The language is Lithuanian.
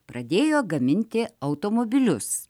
pradėjo gaminti automobilius